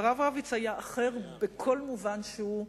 והרב רביץ היה אחר בכל מובן שהוא,